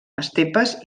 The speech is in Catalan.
estepes